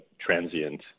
transient